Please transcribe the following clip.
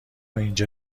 اینجا